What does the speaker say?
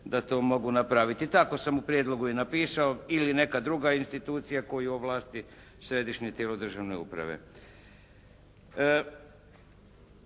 da to mogu napraviti. Tako sam u prijedlogu i napisao, ili neka druga institucija koju ovlasti središnje tijelo državne uprave.